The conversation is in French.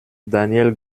daniel